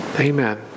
Amen